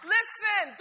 Listen